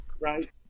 right